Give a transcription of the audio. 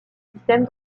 système